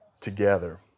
together